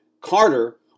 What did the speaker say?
Carter